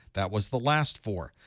that was the last four.